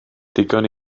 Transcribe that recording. digon